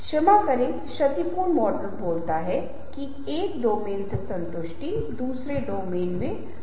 अगर मैं शिक्षा को महत्वपूर्ण मानता हूं तो मैं कहूंगा कि हां मुझे उस बच्चे को इस विशिष्ट विद्यालय में डालने की आवश्यकता है